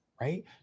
right